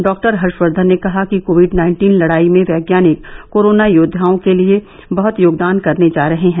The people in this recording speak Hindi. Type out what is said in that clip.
डॉक्टर हर्षवर्धन ने कहा कि कोविड नाइन्टीन लड़ाई में वैज्ञानिक कोरोना योद्वाओं के लिए बहत योगदान करने जा रहे हैं